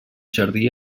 jardí